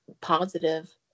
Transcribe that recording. positive